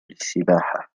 للسباحة